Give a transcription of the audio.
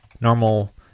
normal